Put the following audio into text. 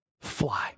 fly